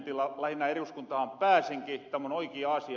tämä on oikia asia